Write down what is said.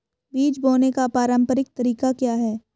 बीज बोने का पारंपरिक तरीका क्या है?